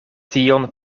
tion